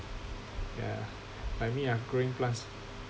yeah like me ah growing plants